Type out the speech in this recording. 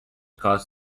cause